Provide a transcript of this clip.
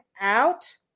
out